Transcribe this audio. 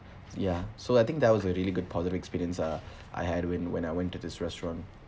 ya so I think that was a really good positive experience uh I had when when I went to this restaurant